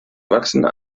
wachsende